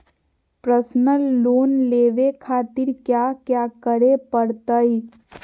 Personal loan लेवे खातिर कया क्या करे पड़तइ?